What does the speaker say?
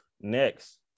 next